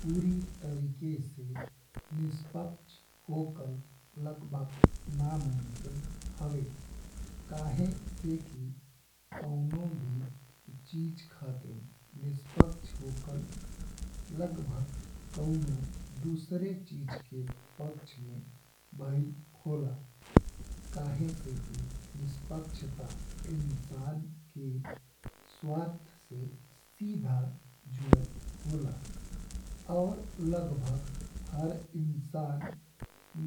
पूरी तरीके से निष्पक्ष होकल लगभग नामुमकिन हवे काहे से कि कवनो भी चीज खातिर निष्पक्ष होकल। लगभग कउनो दूसरे चीज के पक्ष में भयिल होला काहे से कि निष्पक्षता इंसान के स्वार्थ से सीधा जुड़ल होला। और लगभग हर इंसान